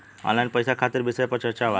Online पैसा खातिर विषय पर चर्चा वा?